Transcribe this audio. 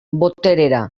boterera